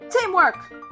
Teamwork